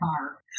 car